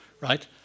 right